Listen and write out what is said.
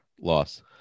Loss